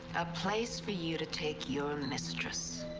a place for you to take your and mistress.